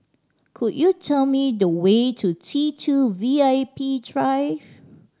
could you tell me the way to T Two V I P Drive